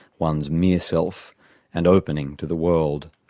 one's mere self and opening to the world,